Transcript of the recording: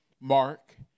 Mark